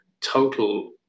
total